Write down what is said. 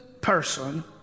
person